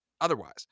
otherwise